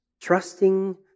Trusting